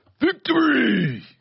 Victory